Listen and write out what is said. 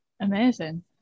Amazing